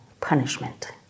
punishment